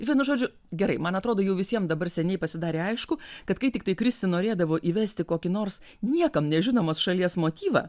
vienu žodžiu gerai man atrodo jau visiem dabar seniai pasidarė aišku kad kai tiktai kristi norėdavo įvesti kokį nors niekam nežinomos šalies motyvą